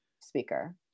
speaker